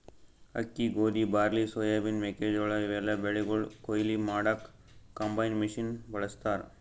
ಅಕ್ಕಿ ಗೋಧಿ barley soybean ಮೆಕ್ಕೆಜೋಳಾ ಇವೆಲ್ಲಾ ಬೆಳಿಗೊಳ್ ಕೊಯ್ಲಿ ಮಾಡಕ್ಕ್ ಕಂಬೈನ್ ಮಷಿನ್ ಬಳಸ್ತಾರ್